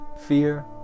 Fear